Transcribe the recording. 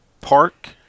park